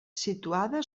situada